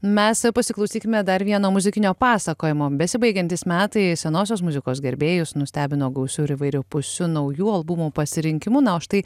mes pasiklausykime dar vieno muzikinio pasakojimo besibaigiantys metai senosios muzikos gerbėjus nustebino gausiu ir įvairiapusiu naujų albumų pasirinkimu na o štai